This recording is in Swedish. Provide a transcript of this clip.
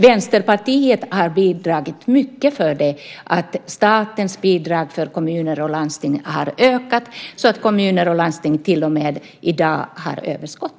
Vänsterpartiet har bidragit mycket till att statens bidrag till kommuner och landsting har ökat så att kommuner och landsting i dag till och med har överskott.